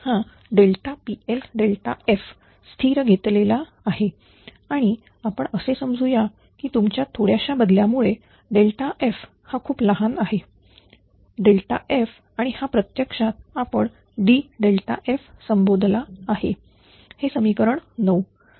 हा PLf स्थिर घेतलेला आहे आणि आपण असे समजू या की तुमच्या थोड्याशा बदलामुळे f हा खूप लहान आहे f आणि हा प्रत्यक्षात आपण Df संबोधला आहे हे समीकरण 9